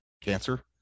Cancer